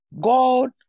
God